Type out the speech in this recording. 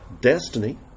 destiny